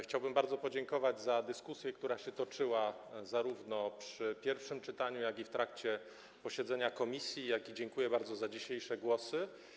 Chciałbym bardzo podziękować za dyskusję, która toczyła się zarówno w pierwszym czytaniu, jak i w trakcie posiedzenia komisji, dziękuję też bardzo za dzisiejsze głosy.